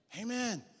Amen